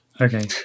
Okay